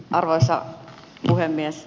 arvoisa puhemies